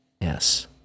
Yes